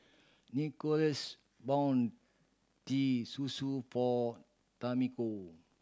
Nicholas bought Teh Susu for Tamiko